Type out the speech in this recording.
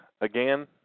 again